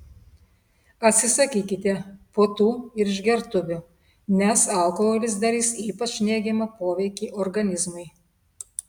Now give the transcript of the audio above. atsisakykite puotų ir išgertuvių nes alkoholis darys ypač neigiamą poveikį organizmui